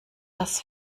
das